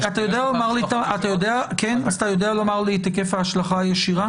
אתה יודע לומר לי את היקף ההשלכה הישירה?